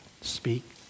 speak